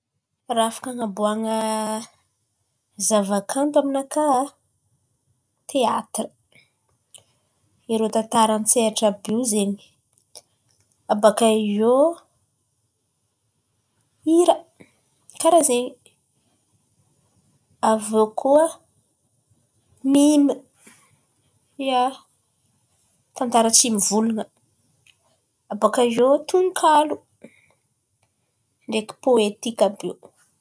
Rahà afaka an̈aboan̈a zava-kanto aminakà, teatra irô tantara an-tsehatra àby io zen̈y. Abôkà eo hira karà zen̈y, avy eo koà mime, ià, tantara tsy mivolan̈a. Abôkà eo tonokalo ndraiky poetika àby io.